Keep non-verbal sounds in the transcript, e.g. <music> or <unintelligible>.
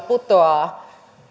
<unintelligible> putoaa